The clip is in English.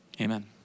Amen